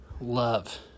love